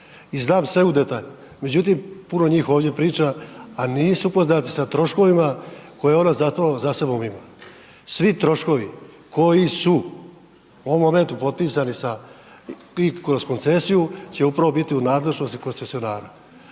i znam sve u detalj, međutim puno njih ovdje priča a nisu upoznati sa troškovima koje ona zapravo za sobom ima. Svi troškovi koji su u ovom momentu potpisani sa i kroz koncesiju će upravo biti u nadležnosti koncesionara.